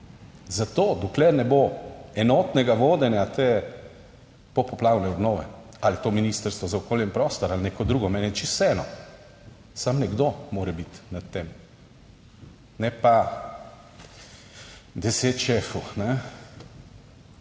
dokler ne bo enotnega vodenja te popoplavne obnove ali je to Ministrstvo za okolje in prostor ali neko drugo, meni je čisto vseeno, samo nekdo mora biti nad tem, ne pa deset šefov.